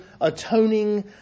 atoning